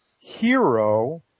hero